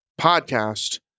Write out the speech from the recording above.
podcast